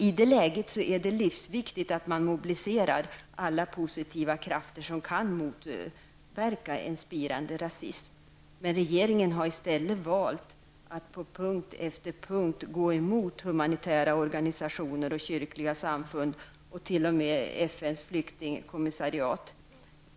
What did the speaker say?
I det läget är det livsviktigt att man mobiliserar alla positiva krafter som kan motverka en spirande rasism. Men regeringen har i stället valt att på punkt efter punkt gå emot humanitära organisationer, kyrkliga samfund och t.o.m. FNs flyktingkommissariat.